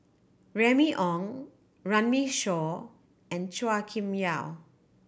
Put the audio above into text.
Remy Ong Runme Shaw and Chua Kim Yeow